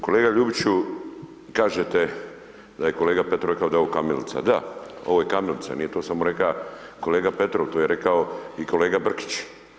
Kolega Ljubiću, kažete da je kolega Petrov rekao da je ovo kamilica, da ovo je kamilica, nije to samo reka kolega Petrov to je rekao i kolega Brkić.